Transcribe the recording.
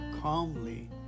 calmly